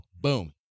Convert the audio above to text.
boom